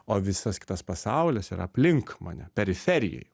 o visas kitas pasaulis yra aplink mane periferijoj